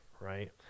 right